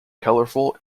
colourful